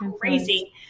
Crazy